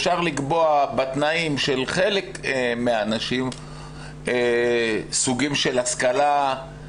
אפשר לקבוע בתנאים של חלק מהאנשים סוגים של השכלה,